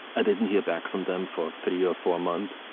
i didn't hear back from them for three or four month,